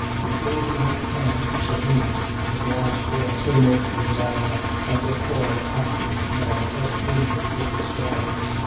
before he had time to say anything the glass door came open with a bang and a tall, active man rushed in with great strides.